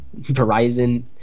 Verizon